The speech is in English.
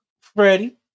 Freddie